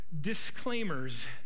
disclaimers